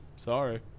Sorry